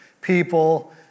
people